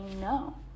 no